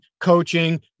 coaching